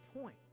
point